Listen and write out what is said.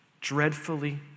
dreadfully